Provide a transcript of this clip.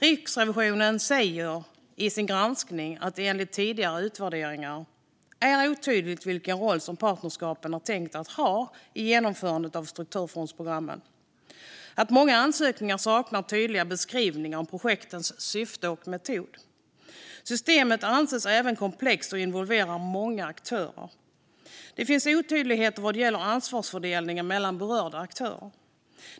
Riksrevisionen säger i sin granskning att det enligt tidigare utvärderingar är otydligt vilken roll partnerskapen var tänkta att ha i genomförandet av strukturfondsprogrammen. Man säger också att många ansökningar saknar tydliga beskrivningar av projektens syfte och metod. Systemet anses även komplext och involverar många aktörer, och det finns otydligheter vad gäller ansvarsfördelningen mellan berörda aktörer.